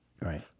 Right